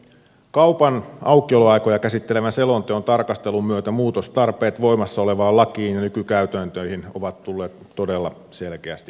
kaupan aukioloaikoja käsittelevän selonteon tarkastelun myötä muutostarpeet voimassa olevaan lakiin ja nykykäytäntöihin ovat tulleet todella selkeästi esille